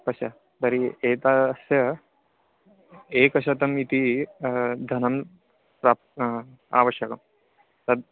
पश्य तर्हि एतस्य एकशतम् इति धनं प्राप्य आवश्यकं तद्